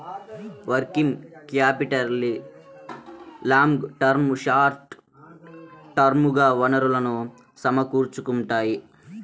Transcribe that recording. working క్యాపిటల్కి long term, short term గా వనరులను సమకూర్చుకుంటారు